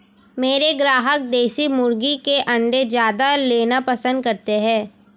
मेरे ग्राहक देसी मुर्गी के अंडे ज्यादा लेना पसंद करते हैं